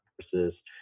versus